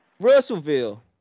Russellville